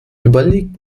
überlegt